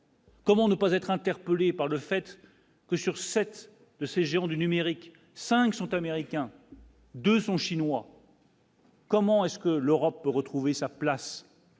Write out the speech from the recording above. Comment ne pas être interpellé par le fait que sur 7 de ces géants du numérique 5 sont américains. 2 sont chinois. Comment est-ce que l'Europe peut retrouver sa place.